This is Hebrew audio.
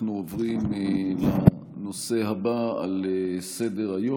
אנחנו עוברים לנושא הבא על סדר-היום,